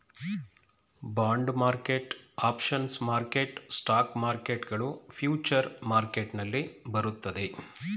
bond market, options market, stock market ಗಳು future market ನಲ್ಲಿ ಬರುತ್ತದೆ